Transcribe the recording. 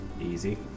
easy